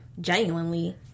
genuinely